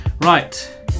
right